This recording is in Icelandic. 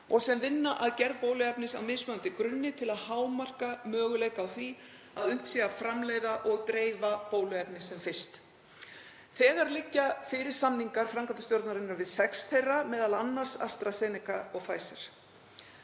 og sem vinna að gerð bóluefnis á mismunandi grunni til að hámarka möguleika á því að unnt sé að framleiða og dreifa bóluefni sem fyrst. Þegar liggja fyrir samningar framkvæmdastjórnarinnar við sex þeirra, m.a. AstraZeneca og Pfizer.